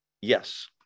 yes